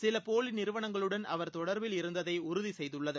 சிலபோலிநிறுவனங்களுடன் அவர் தொடர்பில் இருந்ததைஉறரதிசெய்துள்ளது